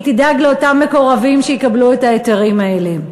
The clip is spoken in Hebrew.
היא תדאג לאותם מקורבים שיקבלו את ההיתרים האלה.